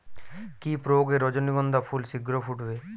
কি প্রয়োগে রজনীগন্ধা ফুল শিঘ্র ফুটবে?